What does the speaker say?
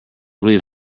believe